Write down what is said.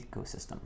ecosystem